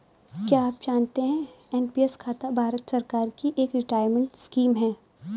क्या आप जानते है एन.पी.एस खाता भारत सरकार की एक रिटायरमेंट स्कीम है?